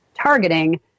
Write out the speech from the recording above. targeting